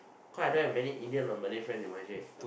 cause I don't have many Indian or Malay friend in Y_J